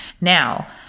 Now